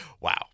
Wow